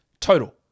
total